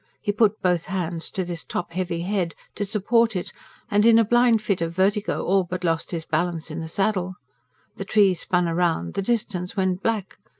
he put both hands to this top-heavy head, to support it and in a blind fit of vertigo all but lost his balance in the saddle the trees spun round, the distance went black.